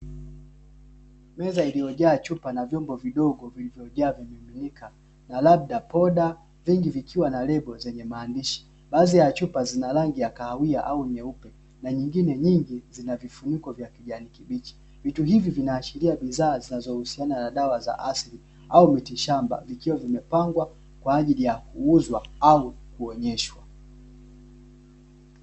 Meza iliyojaa chupa na vyombo vidogo vilivyojaa vimiminika na labda poda vingi vikiwa na lebo zenye maandishi, baadhi ya chupa zina rangi ya kahawia au nyeupe na nyingine nyingi zina vifuniko vya kijani kibichi, vitu hivi vinaashiria bidhaa zinazohusiana na dawa za asili au mitishamba vikiwa vimepangwa kwa ajili ya kuuzwa au kuonyeshwa.